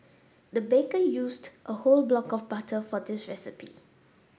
the baker used a whole block of butter for this recipe